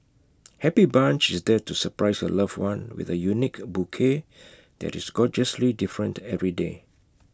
happy bunch is there to surprise your loved one with A unique bouquet that is gorgeously different every day